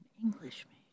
Englishman